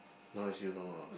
not as you know of